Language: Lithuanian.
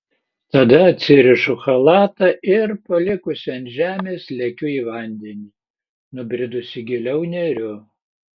tada atsirišu chalatą ir palikusi ant žemės lekiu į vandenį nubridusi giliau neriu